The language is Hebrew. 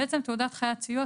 מעצם תעודת חיית סיוע,